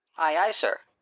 aye, aye, sir.